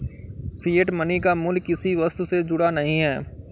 fiat money का मूल्य किसी वस्तु से जुड़ा नहीं है